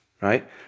right